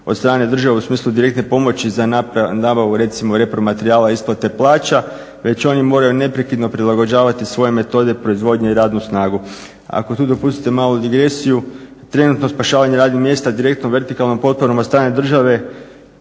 od strane države u smislu direktne pomoći za nabavu recimo repromaterijala i isplate plaća već oni moraju neprekidno prilagođavati svoje metode proizvodnje i radnu snagu. Ako tu dopustite malu digresiju trenutno spašavanje radnih mjesta direktnom vertikalnom potporom od strane države